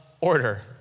order